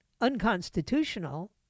unconstitutional